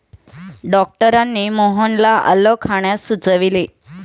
डॉक्टरांनी मोहनला आलं खाण्यास सुचविले